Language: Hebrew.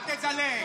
אל תדלג,